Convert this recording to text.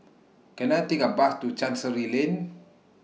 Can I Take A Bus to Chancery Lane